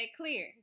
clear